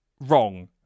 wrong